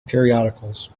periodicals